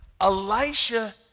Elisha